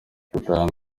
dutanga